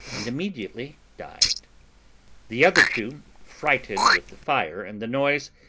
and immediately died the other two, frighted with the fire and the noise,